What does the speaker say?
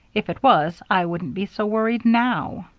if it was, i wouldn't be so worried now.